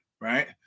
Right